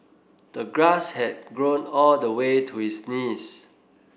the grass had grown all the way to his knees